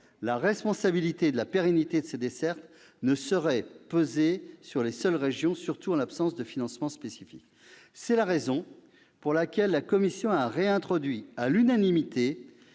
la responsabilité de la pérennité de ces dessertes ne saurait peser sur les seules régions, surtout en l'absence de financement spécifique. C'est la raison pour laquelle la commission a réintroduit, à l'unanimité,